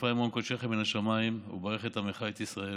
"השקיפה ממעון קדשך מן השמים וברך את עמך את ישראל